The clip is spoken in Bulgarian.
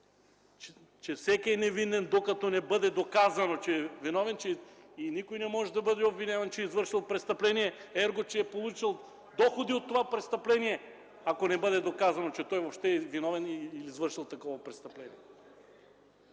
че всеки е невинен, докато не бъде доказано, че е виновен. Никой не може да бъде обвиняван, че е извършил престъпление, ерго, че е получил доходи от това престъпление, ако не бъде доказано, че той въобще е виновен и е извършил такова престъпление.